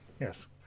yes